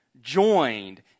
joined